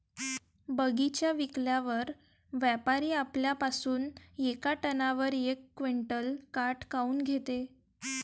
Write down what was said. बगीचा विकल्यावर व्यापारी आपल्या पासुन येका टनावर यक क्विंटल काट काऊन घेते?